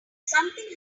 something